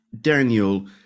Daniel